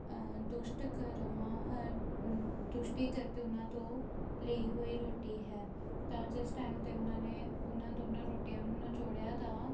ਦੁਸ਼ਟ ਕਰਮਾਂ ਦੁਸ਼ਟੀ ਕਰਕੇ ਉਹਨਾਂ ਤੋਂ ਲਈ ਹੋਈ ਰੋਟੀ ਹੈ ਤਾਂ ਜਿਸ ਟਾਈਮ 'ਤੇ ਉਹਨਾਂ ਨੇ ਉਹਨਾਂ ਦੋਨਾਂ ਰੋਟੀਆਂ ਨੂੰ ਨਿਚੋੜਿਆ ਤਾਂ